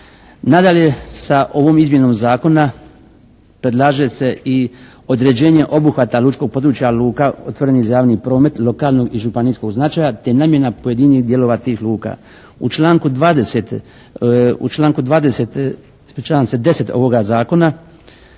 Nadalje, sa ovom izmjenom zakona predlaže se i određenje obuhvata lučkog područja luka otvorenih za javni promet lokalnog i županijsko značaja te namjena pojedinih dijelova tih luka. U članku 20. ispričavam